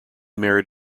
married